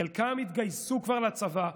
חלקם התגייסו כבר לצבא,